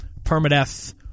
PermaDeath